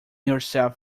yourself